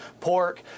pork